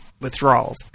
withdrawals